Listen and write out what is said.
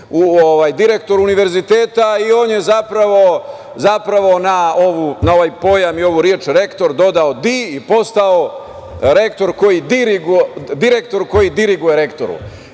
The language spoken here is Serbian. direktor univerziteta, i on je zapravo na ovaj pojam i ovu reč „rektor“ dodao „di“ i postao direktor koji diriguje rektoru